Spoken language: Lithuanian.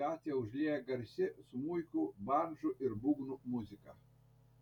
gatvę užlieja garsi smuikų bandžų ir būgnų muzika